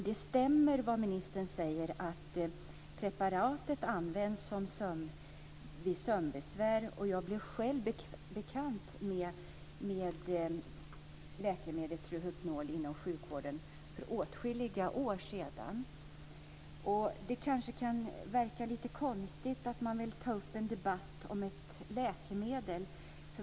Det stämmer som ministern säger att preparatet används vid sömnbesvär. Jag blev själv bekant med läkemedlet Rohypnol inom sjukvården för åtskilliga år sedan. Det kanske kan verka lite konstigt att man vill ta upp en debatt om ett läkemedel.